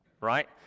right